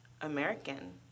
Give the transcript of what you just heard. American